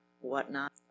whatnot